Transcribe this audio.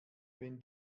wenn